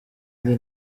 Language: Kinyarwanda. indi